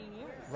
years